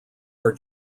are